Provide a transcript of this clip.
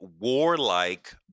warlike